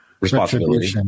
Responsibility